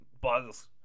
Buzz